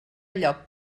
lloc